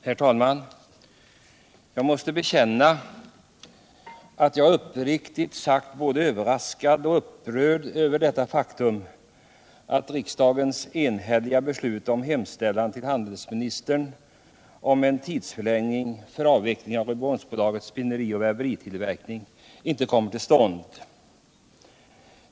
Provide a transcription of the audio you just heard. Herr talman! Jag måste bekänna att jag uppriktigt sagt är både överraskad och upprörd över det faktum att riksdagens enhälliga beslut om hemställan till handelsministern omen tidsförlängning för avveckling av Rydboholmsbolagets spinnerioch väveritillverkning inte kommer till stånd.